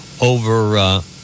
over